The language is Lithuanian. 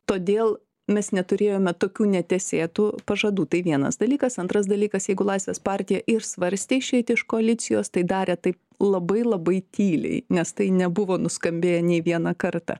todėl mes neturėjome tokių netesėtų pažadų tai vienas dalykas antras dalykas jeigu laisvės partija ir svarstė išeiti iš koalicijos tai darė tai labai labai tyliai nes tai nebuvo nuskambėję nei vieną kartą